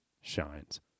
shines